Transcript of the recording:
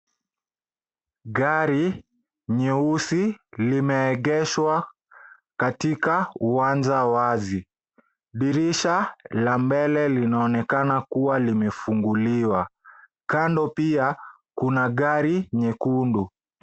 Gari nyeusi limeegeshwa katika uwanja wazi. Dirisha la mbele linaonekana kuwa limefunguliwa. Kando pia kuna gari nyekundu.